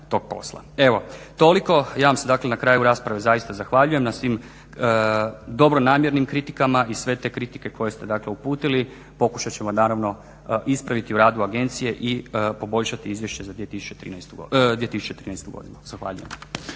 Evo toliko ja vam se na kraju rasprave zaista zahvaljujem na svim dobronamjernim kritikama i sve te kritike koje ste uputili pokušat ćemo naravno ispraviti u radu agencije i poboljšati izvješće za 2013.godinu. Zahvaljujem.